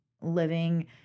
living